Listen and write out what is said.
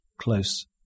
close